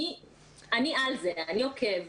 אני עוקב,